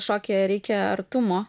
šokyje reikia artumo